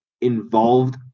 involved